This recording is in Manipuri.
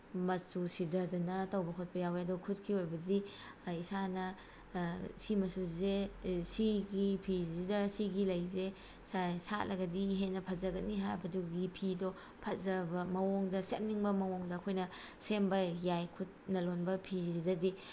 ꯃꯆꯨ ꯁꯤꯗꯗꯅ ꯇꯧꯕ ꯈꯣꯠꯄ ꯌꯥꯎꯋꯦ ꯑꯗꯣ ꯈꯨꯠꯀꯤ ꯑꯣꯏꯕꯗꯤ ꯏꯁꯥꯅ ꯁꯤꯃꯆꯨꯁꯦ ꯁꯤꯒꯤ ꯐꯤꯁꯤꯗ ꯁꯤꯒꯤ ꯂꯩꯁꯦ ꯁꯥꯠꯂꯒꯗꯤ ꯍꯦꯟꯅ ꯐꯖꯒꯤ ꯍꯥꯏꯕꯗꯨꯒꯤ ꯐꯤꯗꯣ ꯐꯖꯕ ꯃꯑꯣꯡꯗ ꯁꯦꯝꯅꯤꯡꯕ ꯃꯑꯣꯡꯗ ꯑꯩꯈꯣꯏꯅ ꯁꯦꯝꯕ ꯌꯥꯏ ꯈꯨꯠꯅ ꯂꯣꯟꯕ ꯐꯤꯁꯤꯗꯗꯤ